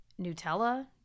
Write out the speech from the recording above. Nutella